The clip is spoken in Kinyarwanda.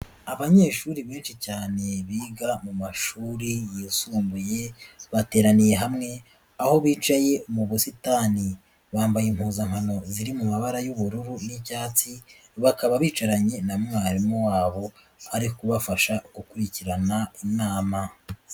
Abanyeshuri benshi cyane biga mu mashuri yisumbuye bateraniye hamwe aho bicaye mu busitani, bambaye impuzankano ziri mu mabara y'ubururu n'ibyatsi bakaba bicaranye na mwarimu wabo ari kubafasha gukurikirana inama.